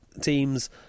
teams